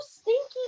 stinky